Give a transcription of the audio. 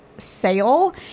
sale